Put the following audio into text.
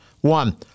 One